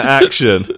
action